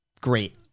great